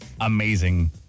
amazing